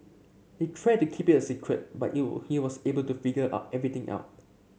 they tried to keep it a secret but he he was able to figure out everything out